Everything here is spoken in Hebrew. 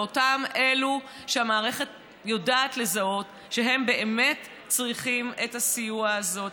לאותם אלו שהמערכת יודעת לזהות שהם באמת צריכים את הסיוע הזה,